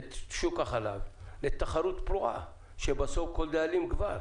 את שוק החלב לתחרות פרועה, שבסוף כל דאלים גבר.